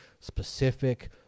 specific